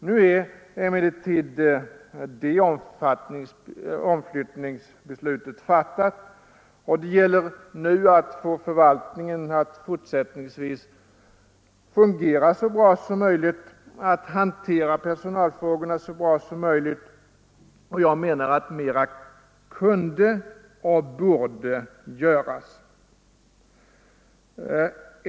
Nu är emellertid det omflyttningsbeslutet fattat, och det gäller att få förvaltningen att fortsättningsvis fungera så bra som möjligt, att hantera personalfrågorna så bra som möjligt, men jag menar att mera kunde och borde göras.